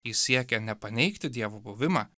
jis siekė ne paneigti dievo buvimą